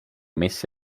messi